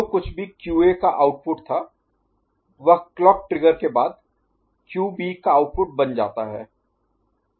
जो कुछ भी क्यूए का आउटपुट था वह क्लॉक ट्रिगर के बाद क्यूबी का आउटपुट बन जाता है